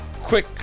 quick